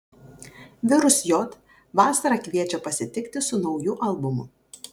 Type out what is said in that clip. virus j vasarą kviečia pasitikti su nauju albumu